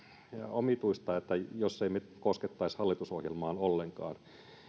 omituista että jos me emme koskisi hallitusohjelmaan ollenkaan